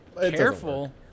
careful